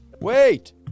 Wait